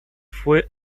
fue